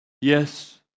Yes